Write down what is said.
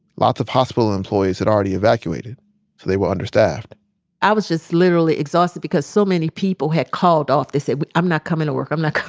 lots of hospital employees had already evacuated, so they were understaffed i was just literally exhausted because so many people had called off. they said, i'm not coming to work. i'm not